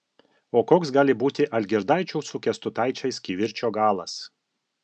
o koks gali būti algirdaičių su kęstutaičiais kivirčo galas